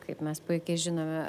kaip mes puikiai žinome